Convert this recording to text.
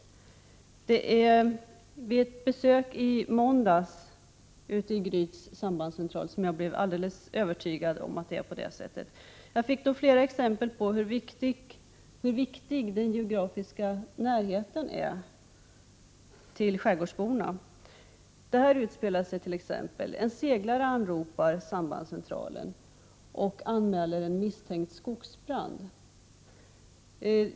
Vid ett besök i måndags vid Gryts sambandscentral blev jag övertygad om att det är på det sättet. Jag fick då flera exempel på hur viktig den geografiska närheten till skärgårdsborna är. Där utspelar sig t.ex. följande: En seglare anropar sambandscentralen och anmäler en misstänkt skogsbrand.